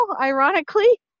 ironically